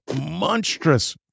monstrous